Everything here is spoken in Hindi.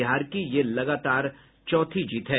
बिहार की ये लगातार चौथी जीत है